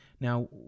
Now